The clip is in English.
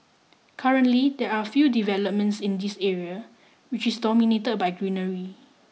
currently there are few developments in the area which is dominated by greenery